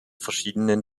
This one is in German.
verschiedenen